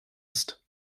ist